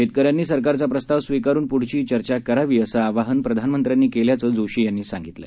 शेतकऱ्यांनी सरकारचा प्रस्ताव स्वीकारून प्रढची चर्चा करावी असं आवाहन प्रधानमंत्र्यांनी केल्याचं जोशी म्हणाले